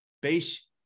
Base